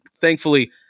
thankfully